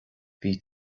bhí